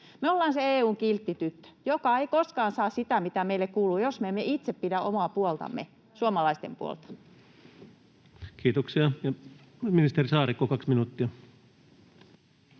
Me ollaan se EU:n kiltti tyttö, joka ei koskaan saa sitä, mitä meille kuuluu, jos me emme itse pidä omaa puoltamme, suomalaisten puolta. [Speech 302] Speaker: Ensimmäinen